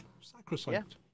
Sacrosanct